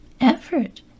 effort